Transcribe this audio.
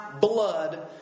blood